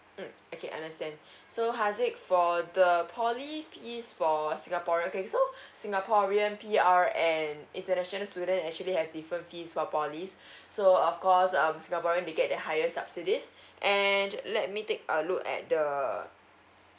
mm okay understand so harzik for the poly fees for a singaporean okay so singaporean P_R and international student actually have different fees for polys so of course um singaporean they get the higher subsidies and let me take a look at the